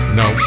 no